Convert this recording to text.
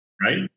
right